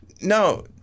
No